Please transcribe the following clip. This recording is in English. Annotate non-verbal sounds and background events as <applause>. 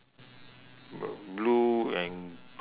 <noise> blue and grey ah